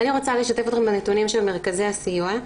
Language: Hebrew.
אני רוצה לשתף אתכם בנתונים של מרכזי הסיוע.